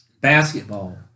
basketball